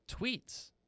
tweets